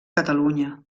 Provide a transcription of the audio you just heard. catalunya